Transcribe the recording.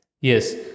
yes